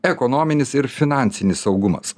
ekonominis ir finansinis saugumas